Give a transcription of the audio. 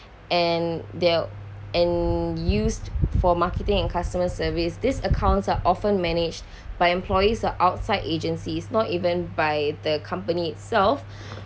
and dealt and used for marketing and customer service these accounts are often managed by employees are outside agencies not even by the company itself